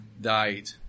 died